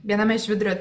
viename iš vidurio